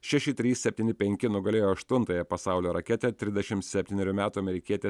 šeši trys septyni penki nugalėjo aštuntąją pasaulio raketę trsidešim septynerių metų amerikietę